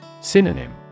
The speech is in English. Synonym